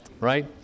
Right